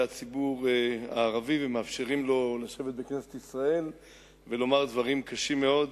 הציבור הערבי ומאפשרים לו לשבת בכנסת ישראל ולומר דברים קשים מאוד